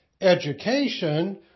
Education